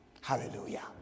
Hallelujah